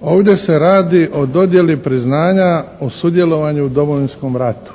Ovdje se radi o dodjeli priznanja o sudjelovanju u Domovinskome ratu.